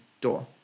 door